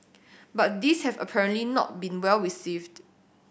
but these have apparently not been well received